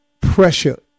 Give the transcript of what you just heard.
pressure